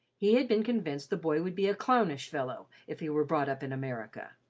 he had been convinced the boy would be a clownish fellow if he were brought up in america.